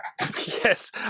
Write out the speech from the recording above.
Yes